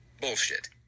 bullshit